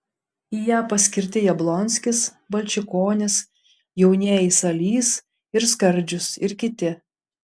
į ją paskirti jablonskis balčikonis jaunieji salys ir skardžius ir kiti